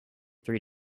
three